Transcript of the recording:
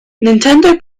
nintendo